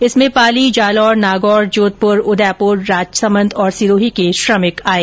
इसमें पाली जालोर नागौर जोधपुर उदयपुर राजसमंद और सिरोही के श्रमिक आये